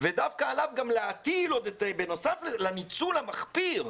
ודווקא עליו להטיל את זה, בנוסף לניצול המחפיר,